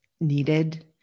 needed